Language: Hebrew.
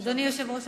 אדוני היושב-ראש,